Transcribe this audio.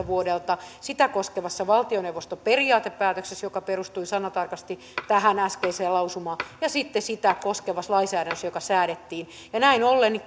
vuodelta kaksituhattayksitoista sitä koskevassa valtioneuvoston periaatepäätöksessä joka perustui sanatarkasti tähän äskeiseen lausumaan ja sitten sitä koskevassa lainsäädännössä joka säädettiin näin ollen